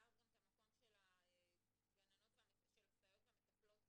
את תיארת גם את המקום של הסייעות והמטפלות